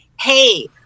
hey